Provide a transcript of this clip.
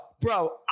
Bro